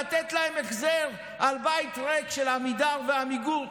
לתת להם החזר על בית ריק של עמידר ועמיגור.